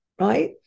right